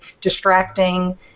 distracting